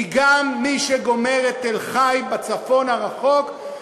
כי גם מי שגומר את מכללת תל-חי בצפון הרחוק,